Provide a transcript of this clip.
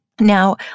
Now